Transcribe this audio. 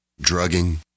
drugging